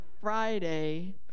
Friday